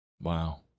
Wow